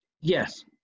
Yes